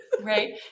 right